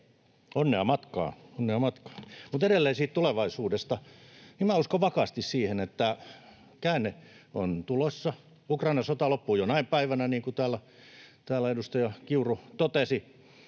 onnea matkaan. Mutta edelleen tulevaisuudesta: Minä uskon vakaasti siihen, että käänne on tulossa. Ukrainan sota loppuu jonain päivänä, niin kuin täällä edustaja Kiuru totesi.